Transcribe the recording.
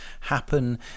happen